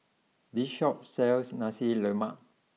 this Shop sells Nasi Lemak